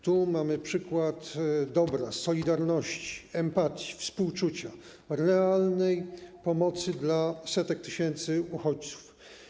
Tu mamy przykłady dobra, solidarności, empatii, współczucia, realnej pomocy dla setek tysięcy uchodźców.